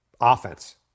offense